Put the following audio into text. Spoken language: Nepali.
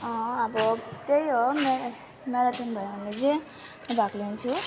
अब त्यही हो म्याराथन भयो भने चाहिँ म भाग लिन्छु